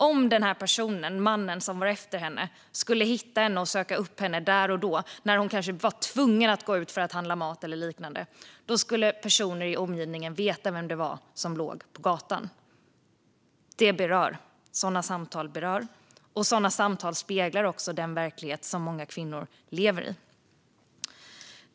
Om personen, mannen, som var efter henne skulle hitta henne när hon var tvungen att gå ut för att handla mat eller liknande och någonting skulle hända skulle personer i omgivningen veta vem det var som låg på gatan. Det berör. Sådana samtal berör, och sådana samtal speglar också den verklighet som många kvinnor lever i.